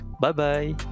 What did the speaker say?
Bye-bye